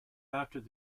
after